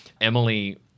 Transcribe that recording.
Emily